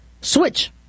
Switch